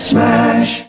Smash